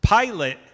Pilate